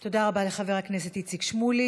תודה רבה לחבר הכנסת איציק שמולי.